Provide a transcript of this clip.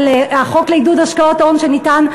על החוק לעידוד השקעות הון שניתן,